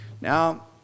Now